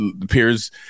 appears